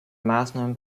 maßnahmen